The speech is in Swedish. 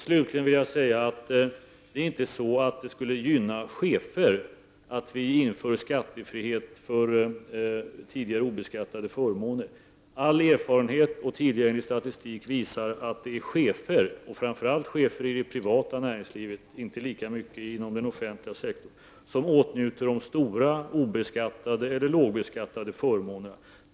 Slutligen vill jag säga att det inte är så att det skulle gynna chefer att skatt nu införs på tidigare obeskattade förmåner. All erfarenhet och tillgänglig statistik visar att det är chefer, framför allt i det privata näringslivet men inte lika mycket inom den offentliga sektorn. som åtnjuter de stora obeskattade eller lågbeskattade förmånerna.